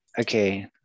Okay